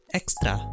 extra